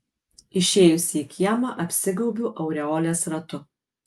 išėjusi į kiemą apsigaubiu aureolės ratu